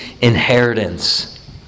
inheritance